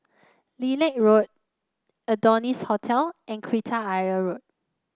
Lilac Road Adonis Hotel and Kreta Ayer Road